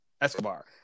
Escobar